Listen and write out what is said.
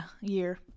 year